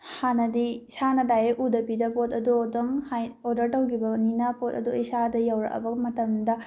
ꯍꯥꯟꯅꯗꯤ ꯏꯁꯥꯅ ꯗꯥꯏꯔꯦꯛ ꯎꯗꯕꯤꯗ ꯄꯣꯠ ꯑꯗꯣ ꯑꯗꯨꯝ ꯑꯣꯗꯔ ꯇꯧꯈꯤꯕꯅꯤꯅ ꯄꯣꯠ ꯑꯗꯣ ꯏꯁꯥꯗ ꯌꯧꯔꯛꯑꯕ ꯃꯇꯝꯗ